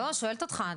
לא, שואלת אותך.